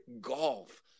golf